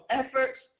efforts